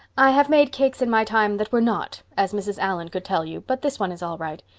i have made cakes in my time that were not, as mrs. allan could tell you, but this one is all right.